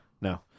No